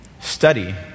study